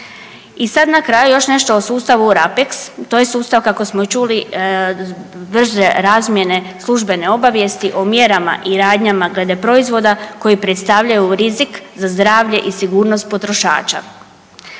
I sad na kraju još nešto o sustavu RAPEX. To je sustav kako smo i čuli brže razmjene službene obavijesti o mjerama i radnjama glede proizvoda koji predstavljaju rizik za zdravlje i rizik potrošača.